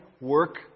work